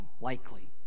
Likely